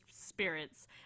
spirits